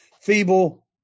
feeble